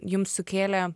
jums sukėlė